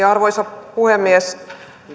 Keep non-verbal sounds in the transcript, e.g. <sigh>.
<unintelligible> arvoisa puhemies